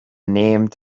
named